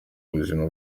buzima